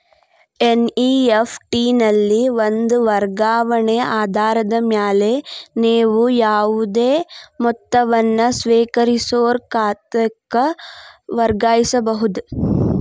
NEFT ನಲ್ಲಿ ಒಂದ ವರ್ಗಾವಣೆ ಆಧಾರದ ಮ್ಯಾಲೆ ನೇವು ಯಾವುದೇ ಮೊತ್ತವನ್ನ ಸ್ವೇಕರಿಸೋರ್ ಖಾತಾಕ್ಕ ವರ್ಗಾಯಿಸಬಹುದ್